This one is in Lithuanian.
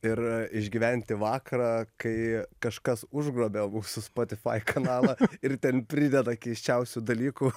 ir išgyventi vakarą kai kažkas užgrobia mūsų spotify kanalą ir ten prideda keisčiausių dalykų